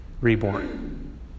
reborn